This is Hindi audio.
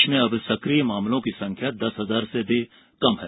प्रदेश में अब सकिय मामलों की संख्या दस हजार से भी कम है